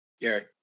Gary